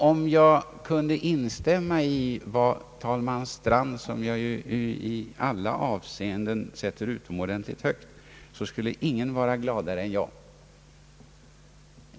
Om jag kunde instämma i vad talman Strand, som jag i alla avseenden sätter utomordentligt högt, har sagt, skulle ingen vara gladare än jag.